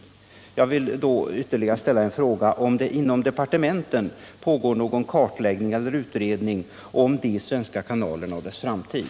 Därför vill jag ställa ytterligare en fråga: Pågår det inom departementet någon kartläggning eller utredning om de svenska kanalerna och deras framtid?